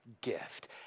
gift